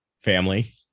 Family